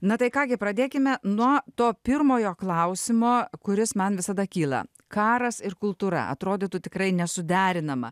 na tai ką gi pradėkime nuo to pirmojo klausimo kuris man visada kyla karas ir kultūra atrodytų tikrai nesuderinama